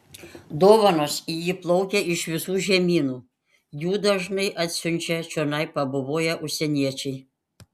dovanos į jį plaukia iš visų žemynų jų dažnai atsiunčia čionai pabuvoję užsieniečiai